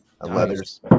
leathers